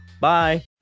Bye